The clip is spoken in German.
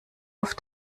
auf